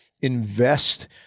invest